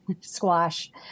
squash